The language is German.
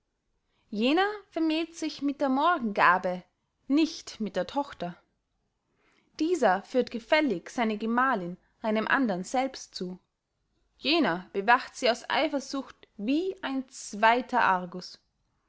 jener vermählt sich mit der morgengabe nicht mit der tochter dieser führt gefällig seine gemahlinn einem andern selbst zu jener bewacht sie aus eifersucht wie ein zweyter argus